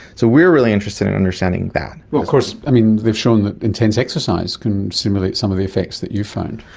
so we are really interested in understanding that. but of course they have shown that intense exercise can simulate some of the effects that you've found.